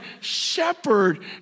shepherd